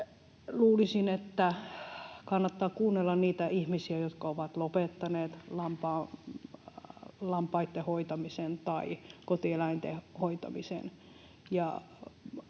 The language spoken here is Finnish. Luulisin, että kannattaa kuunnella niitä ihmisiä, jotka ovat lopettaneet lampaitten hoitamisen tai kotieläinten hoitamisen,